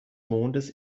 mondes